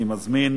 אני מזמין